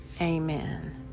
amen